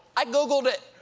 i googled it!